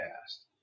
past